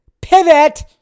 Pivot